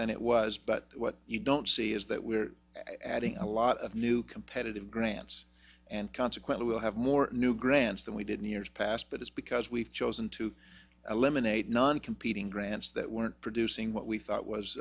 than it was but what you don't see is that we're adding a lot of new competitive grants and consequently we'll have more new grants than we did new years past but it's because we've chosen to eliminate non competing grants that weren't producing what we thought was